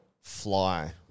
fly